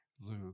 Luke